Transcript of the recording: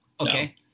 Okay